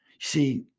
see